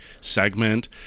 segment